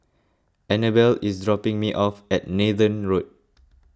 Annabell is dropping me off at Nathan Road